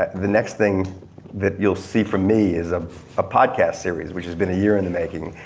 ah the next thing that you'll see from me is ah a podcast series which has been a year in the making,